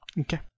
Okay